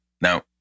Now